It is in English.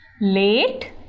Late